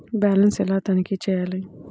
Balance ఎలా తనిఖీ చేయాలి?